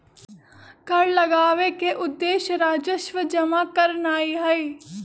कर लगाबेके उद्देश्य राजस्व जमा करनाइ हइ